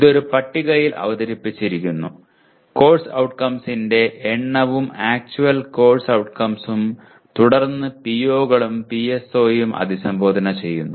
ഇത് ഒരു പട്ടികയിൽ അവതരിപ്പിച്ചിരിക്കുന്നു കോഴ്സ് ഔട്ട്കംസിന്റെ എണ്ണവും ആക്ച്വൽ കോഴ്സ് ഔട്ട്കംസും തുടർന്ന് PO കളും PSO യും അഭിസംബോധന ചെയ്യുന്നു